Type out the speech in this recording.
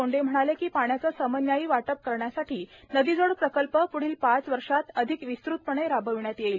बोंडे म्हणाले की पाण्याचे समन्यायी वाटप करण्यासाठी नदीजोड प्रकल्प पूढील पाच वर्षांत अधिक विस्तृतपणे राबविण्यात येईल